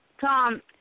Tom